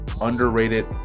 underrated